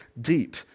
deep